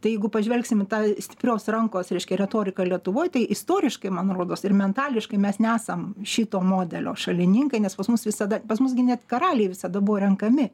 tai jeigu pažvelgsim į tą stiprios rankos reiškia retoriką lietuvoj tai istoriškai man rodos ir mentališkai mes nesam šito modelio šalininkai nes pas mus visada pas mus gi net karaliai visada buvo renkami